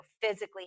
physically